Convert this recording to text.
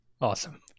awesome